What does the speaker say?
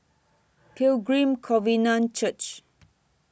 Pilgrim Covenant Church